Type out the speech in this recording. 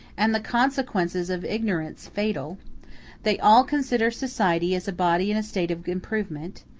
and the consequences of ignorance fatal they all consider society as a body in a state of improvement,